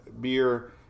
beer